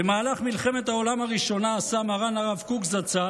במהלך מלחמת העולם הראשונה עשה מרן הרב קוק זצ"ל